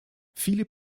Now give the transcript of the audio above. viele